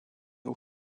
aux